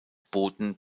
boten